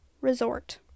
resort